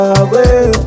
away